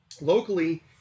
locally